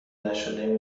نشده